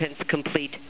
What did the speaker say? complete